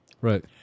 Right